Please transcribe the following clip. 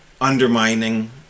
undermining